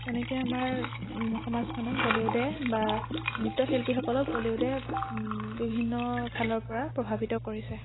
তেনেকৈ আমাৰ সমাজখনক বলিউডে বা নৃত্যশিল্পীসকলক বলিউডে বিভিন্ন ফালৰ পৰা প্ৰভাৱিত কৰিছে